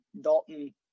Dalton